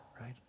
right